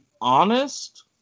honest